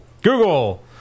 Google